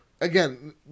Again